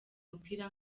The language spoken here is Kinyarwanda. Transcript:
umupira